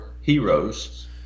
heroes